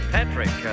Patrick